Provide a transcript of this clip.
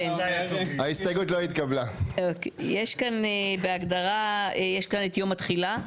יש כאן בהגדרה, יש כאן את יום התחילה.